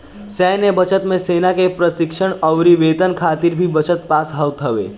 सैन्य बजट मे सेना के प्रशिक्षण अउरी वेतन खातिर भी बजट पास होत हवे